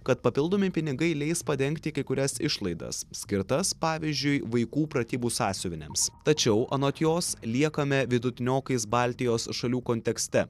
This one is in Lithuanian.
kad papildomi pinigai leis padengti kai kurias išlaidas skirtas pavyzdžiui vaikų pratybų sąsiuviniams tačiau anot jos liekame vidutiniokais baltijos šalių kontekste